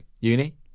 uni